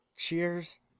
Cheers